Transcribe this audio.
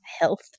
health